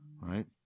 right